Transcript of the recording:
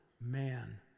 man